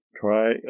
try